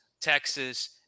Texas